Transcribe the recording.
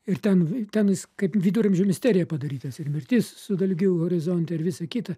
ir ten ten jis kaip viduramžių misterija padarytas ir mirtis su dalgiu horizonte ir visai kita